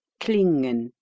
klingen